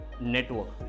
network